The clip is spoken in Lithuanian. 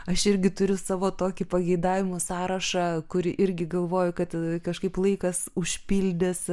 aš irgi turiu savo tokį pageidavimų sąrašą kurį irgi galvoju kad kažkaip laikas užpildys